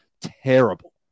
terrible